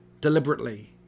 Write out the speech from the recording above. deliberately